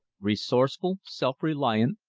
resourceful, self-reliant,